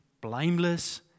blameless